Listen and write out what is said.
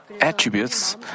attributes